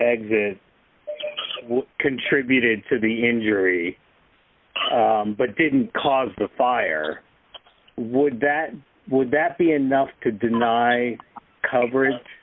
exit contributed to the injury but didn't cause the fire would that would that be enough to deny coverage